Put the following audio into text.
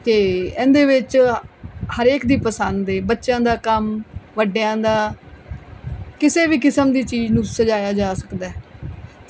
ਅਤੇ ਇਹਦੇ ਵਿੱਚ ਹਰੇਕ ਦੀ ਪਸੰਦ ਏ ਬੱਚਿਆਂ ਦਾ ਕੰਮ ਵੱਡਿਆਂ ਦਾ ਕਿਸੇ ਵੀ ਕਿਸਮ ਦੀ ਚੀਜ਼ ਨੂੰ ਸਜਾਇਆ ਜਾ ਸਕਦਾ